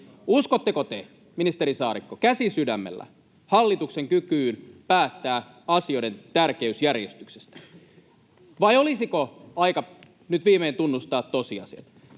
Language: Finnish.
Uskotteko te, ministeri Saarikko, käsi sydämellä, hallituksen kykyyn päättää asioiden tärkeysjärjestyksestä? Vai olisiko aika nyt viimein tunnustaa tosiasiat: